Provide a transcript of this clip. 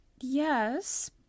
yes